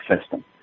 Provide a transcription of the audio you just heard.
system